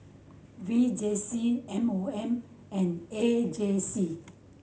V J C M O M and A J C